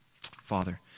Father